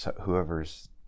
whoever's